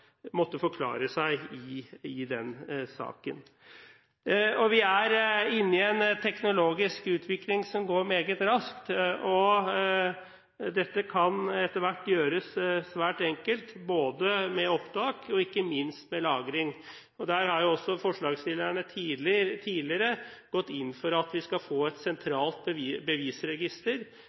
måtte forklare seg i den saken. Den teknologiske utviklingen vi er inne i, går meget raskt. Dette kan etter hvert gjøres svært enkelt, både med opptak og ikke minst med lagring. Der har også forslagsstillerne tidligere gått inn for at vi skal få et sentralt bevisregister